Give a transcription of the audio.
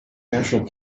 national